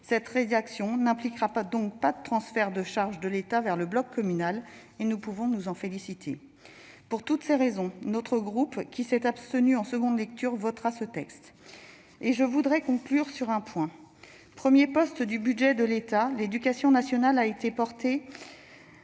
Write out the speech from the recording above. Cette rédaction n'impliquera donc pas de transfert de charges de l'État vers le bloc communal ; nous pouvons nous en féliciter. Pour toutes ces raisons, notre groupe, qui s'était abstenu en seconde lecture, votera ce texte. En conclusion, je voudrais évoquer le budget de l'éducation nationale. Premier poste